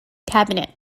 cabinet